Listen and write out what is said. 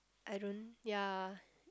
I don't ya